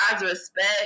respect